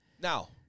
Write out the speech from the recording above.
now